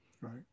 Right